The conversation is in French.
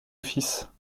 offices